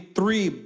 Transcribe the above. three